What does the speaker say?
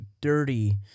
dirty